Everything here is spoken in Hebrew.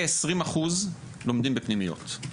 כ-20% לומדים בפנימיות.